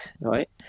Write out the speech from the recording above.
right